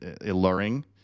alluring